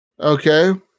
Okay